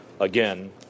again